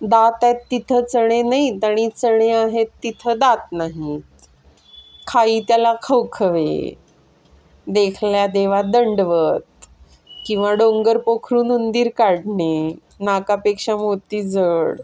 दात आहेत तिथं चणे नाहीत आणि चणे आहेत तिथं दात नाहीत खाई त्याला खवखवे देखल्या देवा दंडवत किंवा डोंगर पोखरून उंदीर काढणे नाकापेक्षा मोती जड